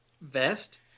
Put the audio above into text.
vest